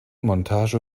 montage